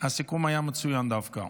הסיכום היה מצוין דווקא.